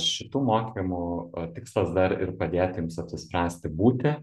šitų mokymų tikslas dar ir padėti jums apsispręsti būti